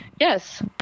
Yes